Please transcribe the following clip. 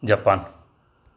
Japan